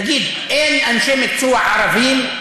תגיד, אין אנשי מקצוע ערבים?